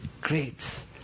Great